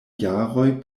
jaroj